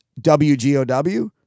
WGOW